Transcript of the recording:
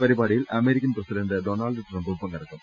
പരിപാടിയിൽ American president Donald ട്രംപും പങ്കെടുക്കും